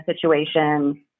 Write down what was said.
situation